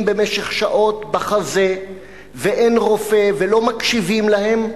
בחזה במשך שעות ואין רופא ולא מקשיבים להם.